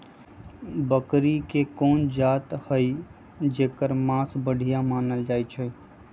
बकरी के कोन जात हई जेकर मास बढ़िया मानल जाई छई?